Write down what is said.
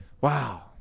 Wow